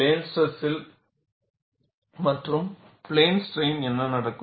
plane ஸ்ட்ரெஸில் மற்றும் plane strain என்ன நடக்கும்